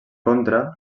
contra